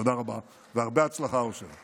תודה רבה והרבה הצלחה, אושר.